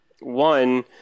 one